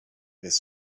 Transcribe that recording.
this